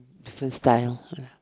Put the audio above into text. different style ya